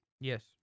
Yes